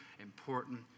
important